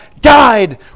died